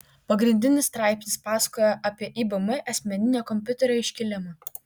pagrindinis straipsnis pasakojo apie ibm asmeninio kompiuterio iškilimą